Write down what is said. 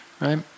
Right